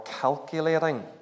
calculating